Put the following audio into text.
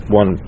one